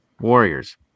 Warriors